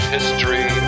History